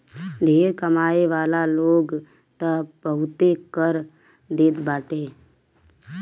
ढेर कमाए वाला लोग तअ बहुते कर देत बाटे